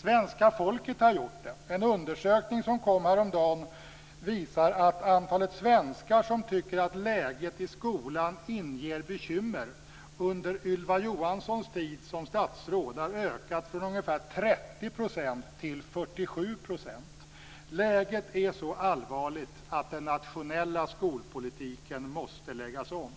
Svenska folket har gjort det. En undersökning som lades fram häromdagen visar att antalet svenskar som tycker att läget i skolan har ingett bekymmer under Ylva Johanssons tid som statsråd har ökat från ungefär 30 % till 47 %. Läget är så allvarligt att den nationella skolpolitiken måste läggas om.